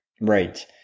Right